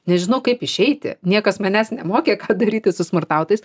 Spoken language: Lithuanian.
nežinau kaip išeiti niekas manęs nemokė ką daryti su smurtautojais